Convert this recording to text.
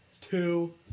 two